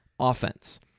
Offense